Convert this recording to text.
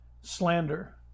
Slander